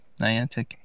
Niantic